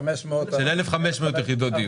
1,500. של 1,500 יחידות דיור.